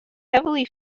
heavily